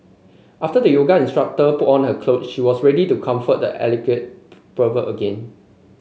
after the yoga instructor put on her clothe she was ready to confront the alleged pervert again